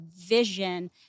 vision